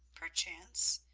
perchance.